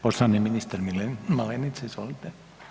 Poštovani ministar Malenica, izvolite.